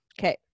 Okay